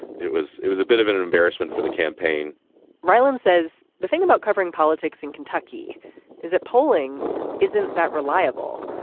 it was it was a bit of an embarrassment for the campaign rylan says the thing about covering politics in kentucky is that polling isn't that reliable.